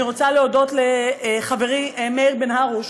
אני רוצה להודות לחברי מאיר בן הרוש,